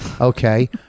okay